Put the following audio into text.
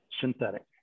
synthetic